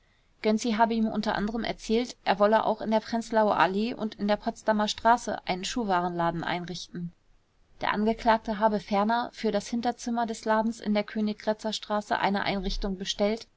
habe ihm u a erzählt er wolle auch in der prenzlauer allee und in der potsdamer straße einen schuhwarenladen einrichten der angeklagte habe ferner für das hinterzimmer des ladens in der königgrätzer straße eine einrichtung bestellt